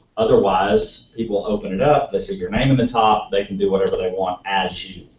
otherwise people open it up, they see your name the top, they can do whatever they want as you.